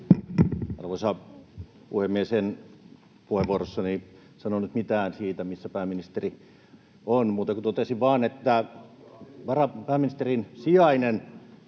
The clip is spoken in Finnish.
Arvoisa puhemies! En puheenvuorossani sanonut mitään siitä, missä pääministeri on, muuta kuin sen, että totesin vain,